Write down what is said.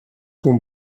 hon